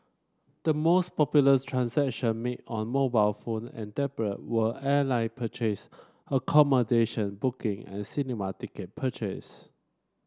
the most popular transaction made on mobile phone and tablet were airline purchase accommodation booking and cinema ticket purchases